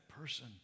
person